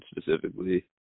specifically